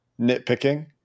nitpicking